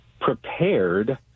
prepared